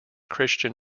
christian